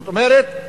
זאת אומרת,